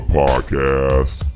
podcast